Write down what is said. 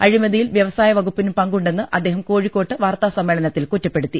അഴിമതിയിൽ വൃവസായ വകുപ്പിനും പങ്കുണ്ടെന്ന് അദ്ദേഹം കോഴിക്കോട്ട് വാർത്താസ്മ്മേളനത്തിൽ കുറ്റപ്പെടുത്തി